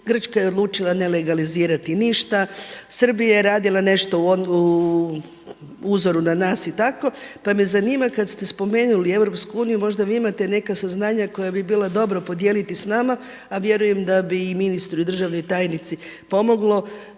Grčka je odlučila ne legalizirati ništa, Srbija je radila nešto po uzoru na nas i tako. Pa me zanima kad ste spomenuli Europsku uniju možda vi imate neka saznanja koja bi bilo dobro podijeliti s nama a vjerujem da bi i ministru i državnoj tajnici pomoglo